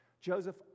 Joseph